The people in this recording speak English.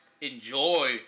enjoy